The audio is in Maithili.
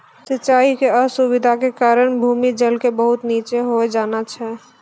सिचाई के असुविधा के कारण भूमि जल के बहुत नीचॅ होय जाना छै